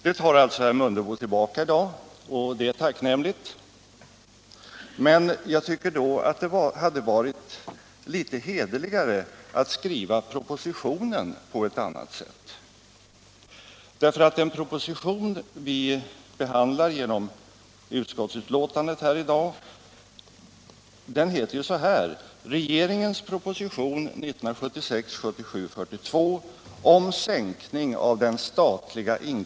Det tar alltså herr Mundebo tillbaka i dag, och det är tacknämligt, men jag tycker att det hade varit litet hederligare att skriva propositionen på ett annat sätt.